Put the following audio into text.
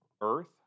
earth